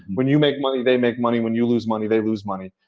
when you make money, they make money. when you lose money, they lose money.